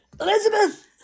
Elizabeth